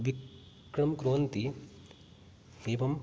विक्रं कुर्वन्ति एवं